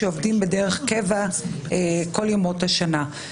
שעובדים בדרך קבע כל ימות השנה.